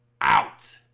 out